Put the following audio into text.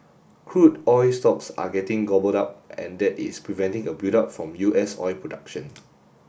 crude oil stocks are getting gobbled up and that is preventing a buildup from U S oil production